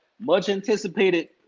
much-anticipated